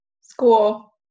school